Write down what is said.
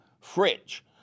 fridge